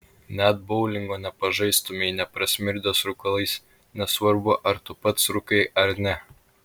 net boulingo nepažaistumei neprasmirdęs rūkalais nesvarbu ar tu pats rūkai ar ne